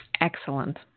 Excellent